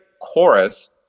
chorus